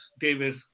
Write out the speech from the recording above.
Davis